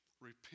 Repent